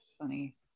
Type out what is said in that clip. funny